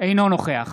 אינו נוכח